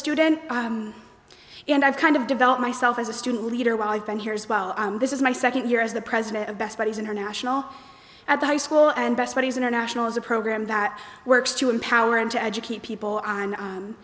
student and i've kind of developed myself as a student leader while i've been here as well this is my second year as the president of best buddies international at the high school and best buddies international is a program that works to empower him to educate people